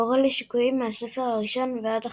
המורה לשיקויים מהספר הראשון ועד החמישי,